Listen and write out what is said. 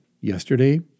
yesterday